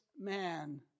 man